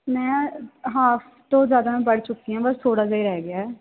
ਮੈਂ ਹਾਂਫ ਤੋਂ ਜ਼ਿਆਦਾ ਮੈਂ ਪੜ੍ਹ ਚੁੱਕੀ ਹਾਂ ਬਸ ਥੋੜ੍ਹਾ ਜਿਹਾ ਹੀ ਰਹਿ ਗਿਆ ਹੈ